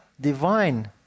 divine